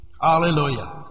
Hallelujah